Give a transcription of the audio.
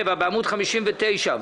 נמנעים,